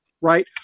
right